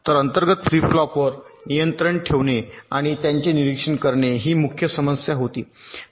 तर अंतर्गत फ्लिप फ्लॉपवर नियंत्रण ठेवणे आणि त्यांचे निरीक्षण करणे ही मुख्य समस्या होती